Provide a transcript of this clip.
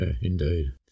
indeed